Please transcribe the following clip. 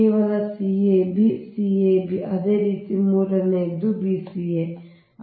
ಕೇವಲ c a b c a b ಅದೇ ರೀತಿ ಮೂರನೆಯದು ಕೂಡ ಇದು b c a